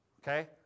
Okay